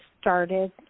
started